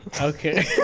okay